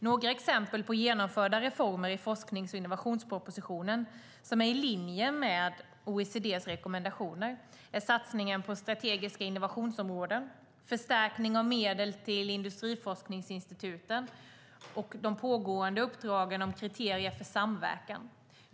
Några exempel på genomförda reformer i forsknings och innovationspropositionen som är i linje med OECD:s rekommendationer är satsningen på strategiska innovationsområden, förstärkning av medel till industriforskningsinstituten och de pågående uppdragen om kriterier för samverkan.